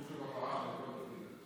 כתוב שכבר פרשת מכל תפקידיך.